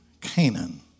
Canaan